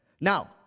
Now